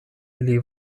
ili